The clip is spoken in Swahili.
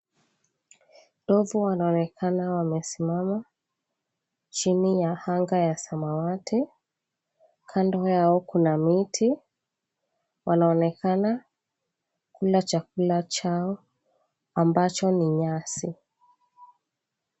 Ndovu wanaonekana wamesimama, chini ya anga ya samawati. Kando yao kuna miti, wanaonekana kula chakula chao ambacho ni nyasi.